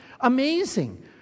Amazing